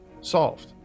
solved